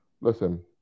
listen